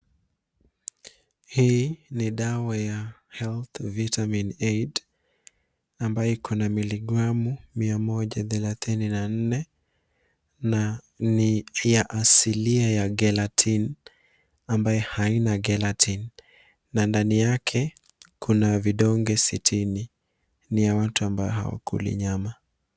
Hii ni dawa ya Health Vitamin Aid ambayo iko na milligramu 130 na ni ya asilia ya gelatin ambayo haina gelatin na ndani yake kuna vidonge 60. Ni ya watu ambao hawakuli nyama.